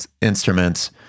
instruments